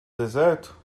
deserto